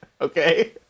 Okay